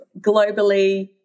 globally